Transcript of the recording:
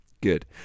Good